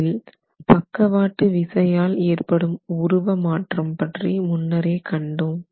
இதில் பக்கவாட்டு விசையால் ஏற்படும் உருவ மாற்றம் பற்றி முன்னரே கண்டோம்